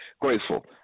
grateful